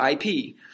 IP